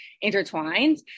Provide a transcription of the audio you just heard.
intertwined